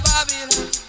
Babylon